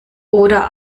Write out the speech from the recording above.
oder